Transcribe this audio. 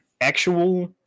actual